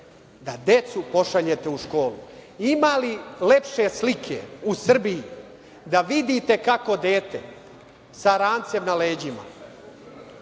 da decu pošaljete u školu. Ima li lepše slike u Srbiji da vidite kako dete sa rancem na leđima